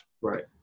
Right